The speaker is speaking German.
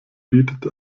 bietet